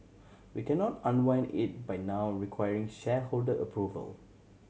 we cannot unwind it by now requiring shareholder approval